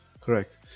Correct